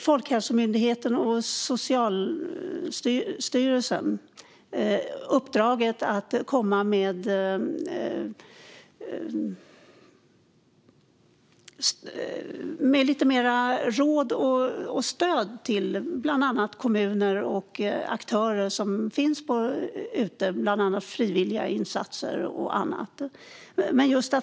Folkhälsomyndigheten och Socialstyrelsen har uppdraget att komma med lite mer råd och stöd till bland annat kommuner och aktörer som finns ute i bland annat frivilliga insatser och annat.